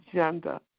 agenda